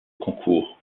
concours